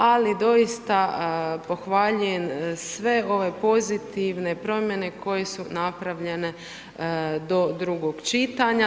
Ali doista pohvaljujem sve ove pozitivne promjene koje su napravljene do drugog čitanja.